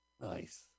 Nice